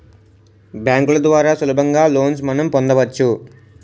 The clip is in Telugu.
బ్యాంకుల ద్వారా సులభంగా లోన్స్ మనం పొందవచ్చు